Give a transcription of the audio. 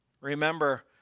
Remember